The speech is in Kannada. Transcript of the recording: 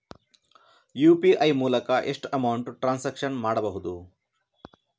ಯು.ಪಿ.ಐ ಮೂಲಕ ಎಷ್ಟು ಅಮೌಂಟ್ ಟ್ರಾನ್ಸಾಕ್ಷನ್ ಮಾಡಬಹುದು?